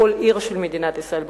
בכל עיר במדינת ישראל,